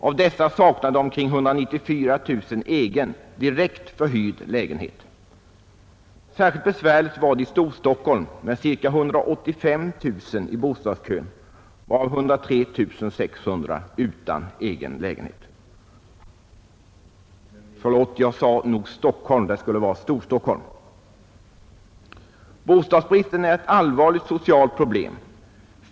Av dessa saknade omkring 194 000 egen, direkt förhyrd lägenhet. Särskilt besvärligt var det i Storstockholm med cirka 185 000 i bostadskön, varav 103 600 utan egen lägenhet. Bostadsbristen är ett allvarligt socialt problem.